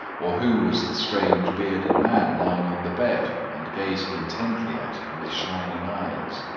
or who was the strange bearded man lying on the bed and gazing intently at him with shining eyes.